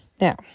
Now